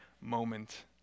moment